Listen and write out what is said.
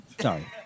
Sorry